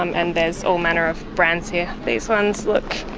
um and there's all manner of brands here. these ones look